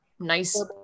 Nice